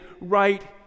right